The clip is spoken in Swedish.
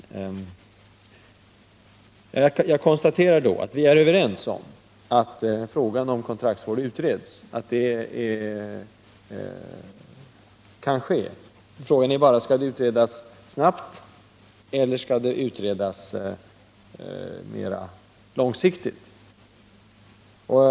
Jag konstaterar att vi är överens om att kontraktsvården skall utredas. Frågan är bara: Skall den utredas snabbt eller mer långsiktigt?